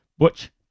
Butch